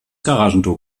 garagentor